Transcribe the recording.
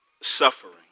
suffering